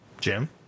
jim